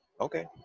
Okay